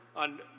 on